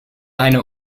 eine